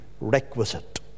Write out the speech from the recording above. requisite